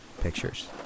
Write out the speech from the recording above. Pictures